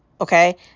Okay